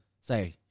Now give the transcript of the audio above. say